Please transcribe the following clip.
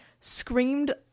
screamed